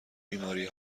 بیماری